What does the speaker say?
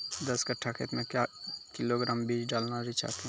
दस कट्ठा खेत मे क्या किलोग्राम बीज डालने रिचा के?